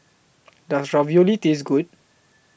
Does Ravioli Taste Good